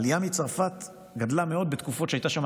העלייה מצרפת גדלה מאוד בתקופות שהייתה שם